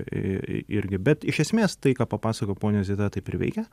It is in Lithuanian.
irgi bet iš esmės tai ką papasakojo ponia zita taip ir veikia